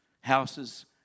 houses